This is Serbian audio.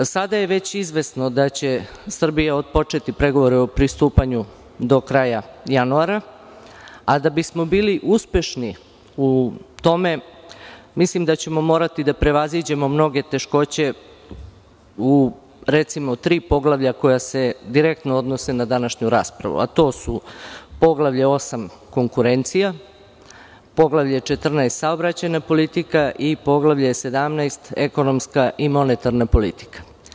Sada je već izvesno da će Srbija otpočeti pregovore o pristupanju do kraja januara, a da bismo bili uspešni u tome, mislim da ćemo morati da prevaziđemo mnoge teškoće u, recimo, tri poglavlja koja se direktno odnose na današnju raspravu, a to su: Poglavlje VIII – Konkurencija, Poglavlje XIV – Saobraćajna politika i Poglavlje XVII – Ekonomska i monetarna politika.